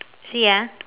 see ah